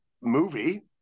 movie